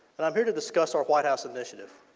but um here to discuss our white house initiative.